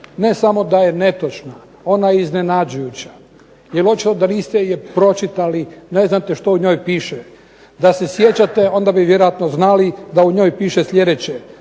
Ne samo da je netočna, ona je iznenađujuća, jer očito da niste pročitali, ne znate što u njoj piše. Da se sjećate onda bi vjerojatno znali da u njoj piše sljedeće: